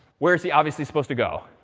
where is the obviously supposed to go?